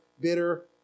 bitter